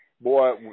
boy